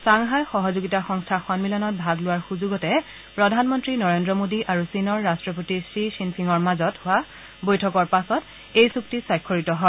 Shanghai সহযোগিতা সংস্থা সন্মিলনত ভাগ লোৱাৰ সুযোগতে প্ৰধানমন্ত্ৰী নৰেন্দ্ৰ মোদী আৰু চীনৰ ৰাট্টপতি শ্বি শ্বিফিঙৰ মাজত হোৱা বৈঠকৰ পাছত এই চুক্তি স্বাক্ষৰিত হয়